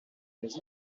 pèsent